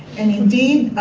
and, indeed,